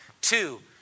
Two